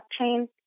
blockchain